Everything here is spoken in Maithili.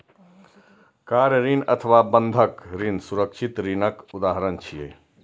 कार ऋण अथवा बंधक ऋण सुरक्षित ऋणक उदाहरण छियै